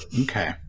okay